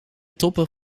toppen